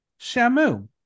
Shamu